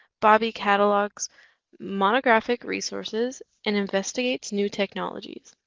bobby catalogs monographic resources and investigates new technologies.